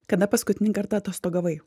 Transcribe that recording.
kada paskutinį kartą atostogavai